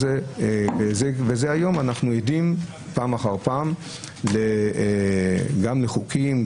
היום אנחנו עדים פעם אחר פעם גם לחוקים,